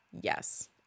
yes